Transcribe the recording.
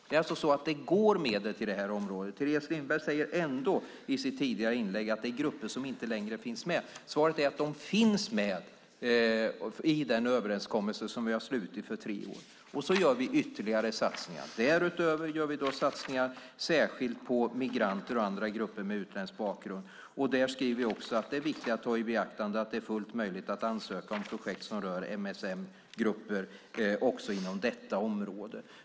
Det går alltså medel till det här området. Teres Lindberg sade ändå i sitt tidigare inlägg att det är grupper som inte längre finns med. Svaret är att de finns med i den överenskommelse som vi har slutit för tre år. Och vi gör ytterligare satsningar. Därutöver gör vi satsningar särskilt på migranter och andra grupper med utländsk bakgrund. Jag skriver också: "Det är här viktigt att ta i beaktande att det var fullt möjligt att ansöka om projekt som berör MSM-grupper inom detta område."